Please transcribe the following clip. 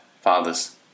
fathers